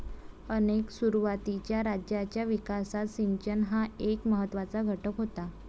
अनेक सुरुवातीच्या राज्यांच्या विकासात सिंचन हा एक महत्त्वाचा घटक होता